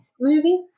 movie